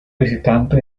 visitante